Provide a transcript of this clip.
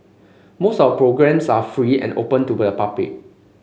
most of the programmes are free and open to the public